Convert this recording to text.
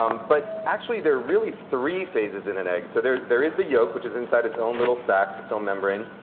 um but actually there are really three phases in an egg. so there there is the yolk, which is inside its own little sack, its own membrane.